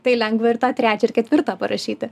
tai lengva ir tą trečią ir ketvirtą parašyti